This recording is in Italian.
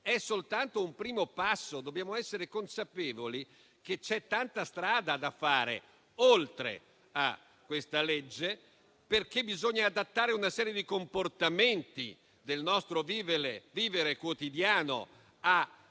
soltanto un primo passo, perché dobbiamo essere consapevoli che c'è tanta strada da fare oltre a questa legge. Bisogna adattare una serie di comportamenti del nostro vivere quotidiano